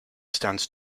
stands